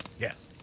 Yes